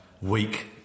week